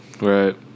Right